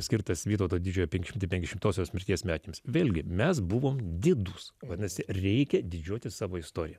skirtas vytauto didžiojo penki šimtai penkiasdešimtosioms mirties metinėms vėlgi mes buvom didūs vadinasi reikia didžiuotis savo istorija